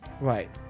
Right